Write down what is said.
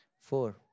Four